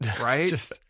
Right